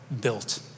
built